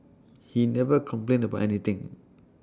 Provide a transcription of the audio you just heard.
he never complained about anything